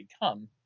become